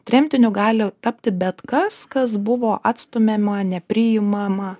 tremtiniu gali tapti bet kas kas buvo atstumiama nepriimama